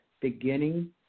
beginning